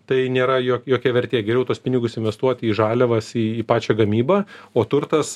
tai nėra jokia vertė geriau tuos pinigus investuoti į žaliavas į į pačią gamybą o turtas